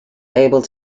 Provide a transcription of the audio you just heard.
able